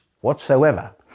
whatsoever